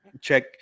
check